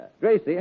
Gracie